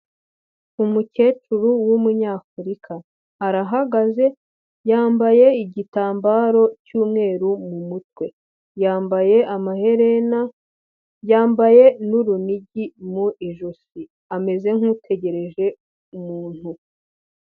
Umukecuru w'umunyafurika arahagaze yambaye igitambaro cy'umweru mu mutwe yambaye amaherena yambaye n'urunigi mu ijosi ameze nkutegereje umuntu.